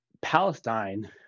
Palestine